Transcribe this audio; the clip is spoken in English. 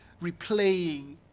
replaying